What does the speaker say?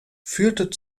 führte